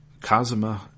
Kazuma